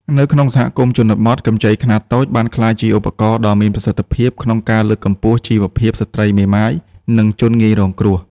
នៅក្នុងសហគមន៍ជនបទ កម្ចីខ្នាតតូចបានក្លាយជាឧបករណ៍ដ៏មានប្រសិទ្ធភាពក្នុងការលើកកម្ពស់ជីវភាពស្ត្រីមេម៉ាយ និងជនងាយរងគ្រោះ។